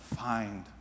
find